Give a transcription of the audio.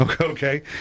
okay